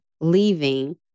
leaving